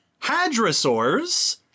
Hadrosaurs